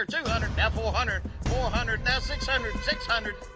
two hundred. now four hundred. four hundred, now six hundred. six hundred.